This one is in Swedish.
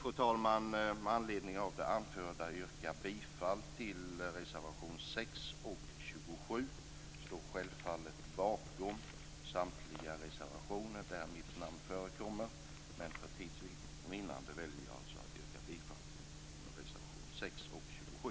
Fru talman! Jag vill med anledning av det anförda yrka bifall till reservationerna 6 och 27. Jag står självfallet bakom samtliga reservationer där mitt namn förekommer, men för tids vinnande yrkar jag bifall endast till reservationerna 6 och 27.